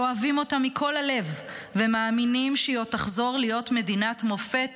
שאוהבים אותה מכל הלב ומאמינים שהיא עוד תחזור להיות מדינת מופת